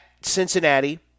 Cincinnati